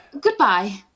Goodbye